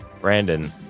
Brandon